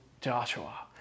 Joshua